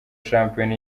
shampiyona